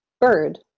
bird